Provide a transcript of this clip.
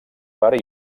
per